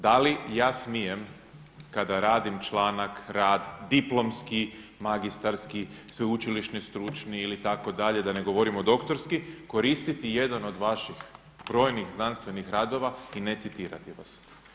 Da li ja smijem kada radim članak, rad, diplomski, magistarski, sveučilišni, stručni ili tako dalje da ne govorimo doktorski koristiti jedan od vaših brojnih znanstvenih radova i ne citirati vas?